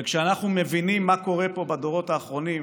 וכשאנחנו מבינים מה קורה פה בדורות האחרונים,